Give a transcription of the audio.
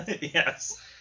Yes